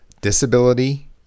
disability